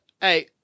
hey